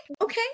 Okay